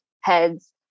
heads